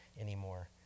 anymore